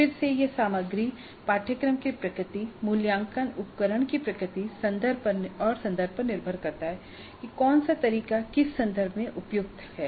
फिर से यह सामग्री पाठ्यक्रम की प्रकृति मूल्यांकन उपकरण की प्रकृति और संदर्भ पर निर्भर करता है कि कौन सा तरीका किस संदर्भ मे उपयुक्त है